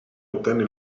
ottenne